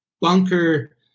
bunker